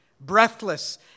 Breathless